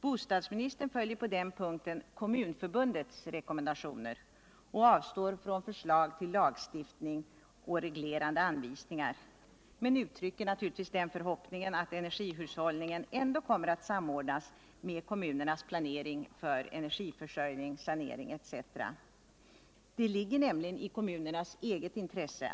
Bostadsministern följer på den punkten Kommunförbundets rekommendationer och avstår från förslag till lagstiftning och reglerande anvisningar men uttrycker naturligtvis den förhoppningen att energihushållningen i befintlig bebyggelse ändå kommer att samordnas med kommunernas planering för energiförsörjning, sanering etc. Detta ligger nämligen i kommunernas eget intresse.